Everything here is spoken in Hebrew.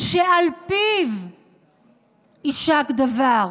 שעל פיו יישק דבר.